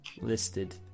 listed